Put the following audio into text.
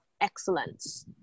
excellence